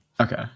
okay